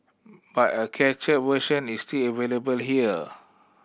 but a cached version is still available here